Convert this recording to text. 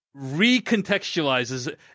recontextualizes